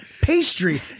pastry